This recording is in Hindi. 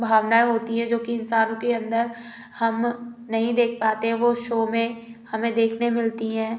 भावनाएं होती हैं जो कि इंसान के अंदर हम नहीं देख पाते हैं वो शो में हमें देखने मिलती है